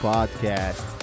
Podcast